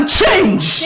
change